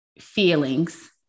feelings